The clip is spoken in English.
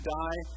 die